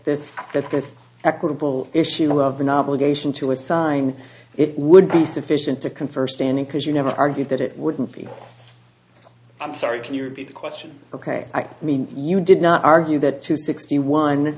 this equitable issue of an obligation to assign it would be sufficient to confer standing because you never argued that it wouldn't be i'm sorry can you repeat the question ok i mean you did not argue that two sixty one